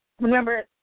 Remember